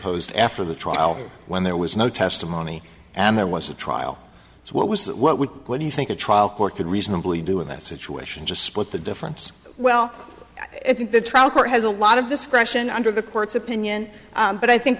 imposed after the trial when there was no testimony and there was a trial what was that what would what do you think a trial court could reasonably do with that situation just split the difference well i think the trial court has a lot of discretion under the court's opinion but i think